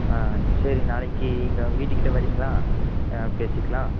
ஆ சரி நாளைக்கு எங்கள் வீட்டுக்கிட்டே ஆ வரீங்களா பேசிக்கலாம்